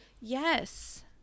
yes